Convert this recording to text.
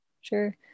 Sure